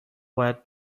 باید